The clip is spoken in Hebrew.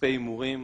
שכספי הימורים